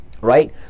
right